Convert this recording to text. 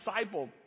disciple